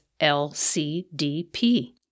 LCDP